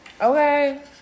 Okay